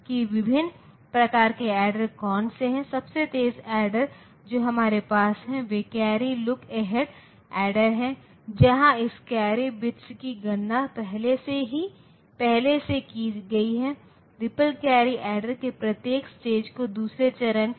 अब x और एक और आवश्यकता है इसलिए कई मान हो सकते हैं जिससे कि समीकरण संतुष्ट किया जा सकता है x 3 के बराबर और y को 4 के बराबर रखकर